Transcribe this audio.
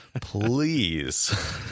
please